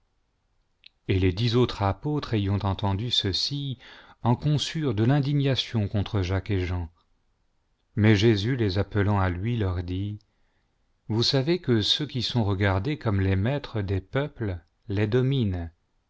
et les dix autres apôtres ayant entendu ceci en conçurent de l'indignation contre jacques mais jésus les appelant à lui leur dit vous savez que ceux qui sont regardés comme les maîtres des peuples les dominent